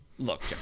Look